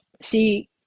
See